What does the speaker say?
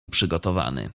przygotowany